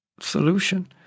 solution